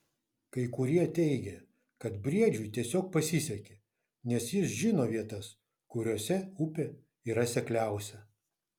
kai kurie teigė kad briedžiui tiesiog pasisekė nes jis žino vietas kuriose upė yra sekliausia